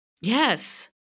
Yes